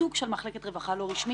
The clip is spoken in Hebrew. סוג של מחלקת רווחה לא רשמית.